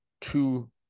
two